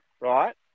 right